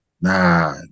nah